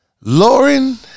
Lauren